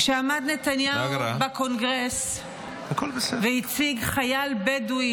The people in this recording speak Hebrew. כשעמד נתניהו בקונגרס והציג חייל בדואי